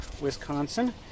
Wisconsin